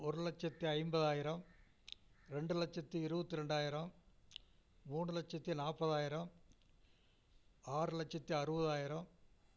ஒரு லட்சத்தி ஐம்பதாயிரம் ரெண்டு லட்சத்தி இருபத்தி ரெண்டாயிரம் மூணு லட்சத்தி நாற்பதாயிரம் ஆறு லட்சத்தி அறுபதாயிரம்